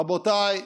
רבותיי,